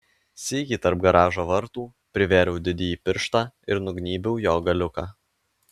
sykį tarp garažo vartų privėriau didįjį pirštą ir nugnybiau jo galiuką